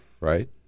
Right